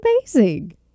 amazing